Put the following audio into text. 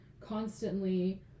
constantly